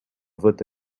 vote